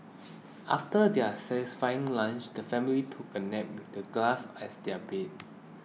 after their satisfying lunch the family took a nap with the grass as their bed